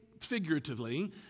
figuratively